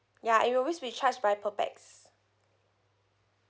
ya it'll always be charged by per pax